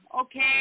Okay